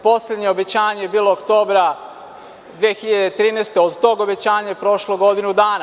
Poslednje obećanje je bilo oktobra 2013, od tog obećanja je prošlo godinu dana.